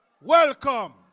welcome